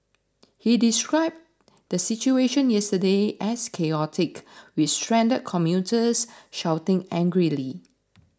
he described the situation yesterday as chaotic with stranded commuters shouting angrily